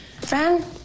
Fran